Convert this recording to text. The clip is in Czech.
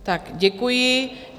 Tak děkuji.